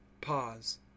Pause